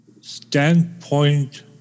standpoint